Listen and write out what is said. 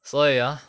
所以 ah